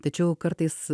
tačiau kartais